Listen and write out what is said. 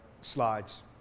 Slides